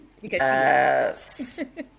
yes